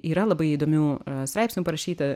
yra labai įdomių straipsnių parašyta